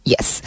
Yes